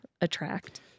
attract